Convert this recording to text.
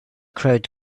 crowd